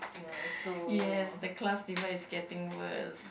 yes the class people is getting worse